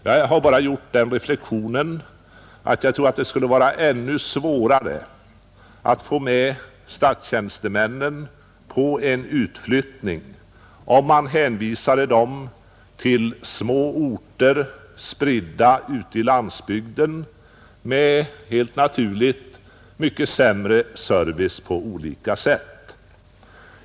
Jag har gjort den reflexionen att det nog skulle vara ännu svårare att få med statstjänstemännen på en flyttning om de hänvisas till små orter, spridda ute på landsbygden och med helt naturligt mycket sämre service på olika sätt.